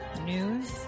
news